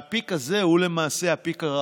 והפיק הזה הוא למעשה הפיק,